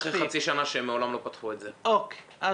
מייל?